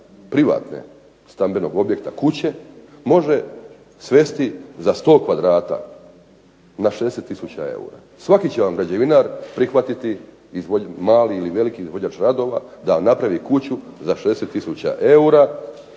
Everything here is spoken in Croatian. privatne stambenog objekta kuće može svesti za 100 kvadrata na 60 tisuća eura, svaki će vam građevinar prihvatiti, mali ili veliki izvođač radova da vam napravi kuću za 60 tisuća